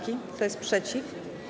Kto jest przeciw?